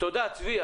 תודה צבי.